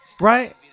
right